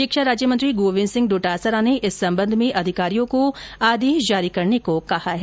शिक्षा राज्य मंत्री गोविन्द सिंह डोटासरा ने इस संबंध में अधिकारियों को आदेश जारी करने को कहा हैं